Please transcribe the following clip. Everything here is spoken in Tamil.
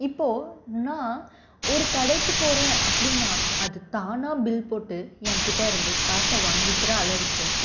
இப்போது நான் ஒரு கடைக்கு போகிறன் அப்படினா அது தான் பில் போட்டு என்கிட்டேருந்து காசை வாங்கிக்குற அளவுக்கு